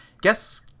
guess